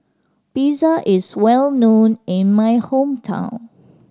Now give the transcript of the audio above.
pizza is well known in my hometown